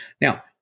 Now